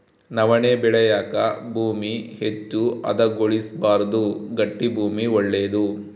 ನವಣೆ ಬೆಳೆಯಾಕ ಭೂಮಿ ಹೆಚ್ಚು ಹದಗೊಳಿಸಬಾರ್ದು ಗಟ್ಟಿ ಭೂಮಿ ಒಳ್ಳೇದು